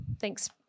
Thanks